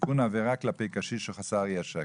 (תיקון - עבירה כלפי קשיש או חסר ישע),